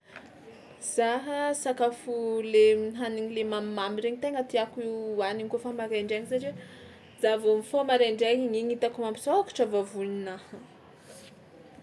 Zaha sakafo le hanigny le mamimamy regny tegna tiàko hohanina kaofa maraindraina satria za vao mifôha maraindraina igny hitako mampisôkatra vavoninaha.